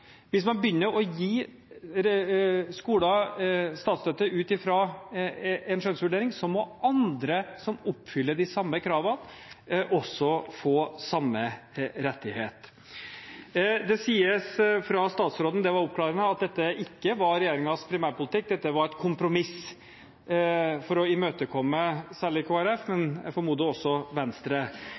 Hvis man begynner å gi skoler statsstøtte ut fra en skjønnsvurdering, må andre som oppfyller de samme kravene, også få samme rettighet. Det sies fra statsråden – det var oppklarende – at dette ikke var regjeringens primærpolitikk, dette var et kompromiss for å imøtekomme særlig Kristelig Folkeparti, men jeg formoder også Venstre.